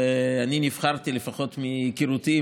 ואני נבחרתי לפחות מהיכרותי,